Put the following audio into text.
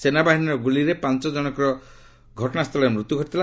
ସେନାବାହିନୀର ଗୁଳିରେ ପାଞ୍ଚ ଜଶଙ୍କର ଘଟଣା ସ୍ଥଳରେ ମୃତ୍ୟୁ ଘଟିଥିଲା